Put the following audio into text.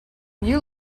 you